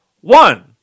One